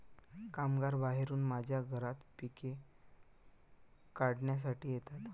कामगार बाहेरून माझ्या घरात पिके काढण्यासाठी येतात